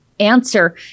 answer